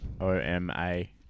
O-M-A